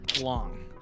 Long